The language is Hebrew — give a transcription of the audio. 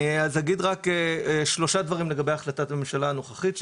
אגיד שלושה דברים לגבי החלטת הממשלה הנוכחית.